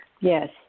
Yes